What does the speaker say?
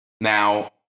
Now